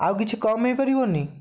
ଆଉ କିଛି କମ୍ ହେଇପାରିବନି